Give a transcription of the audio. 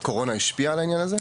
הקורונה השפיעה על העניין הזה?